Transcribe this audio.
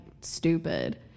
stupid